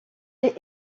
est